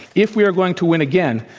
if we are going to win again,